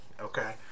okay